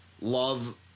love